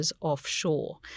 offshore